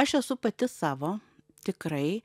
aš esu pati savo tikrai